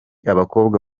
abakobwa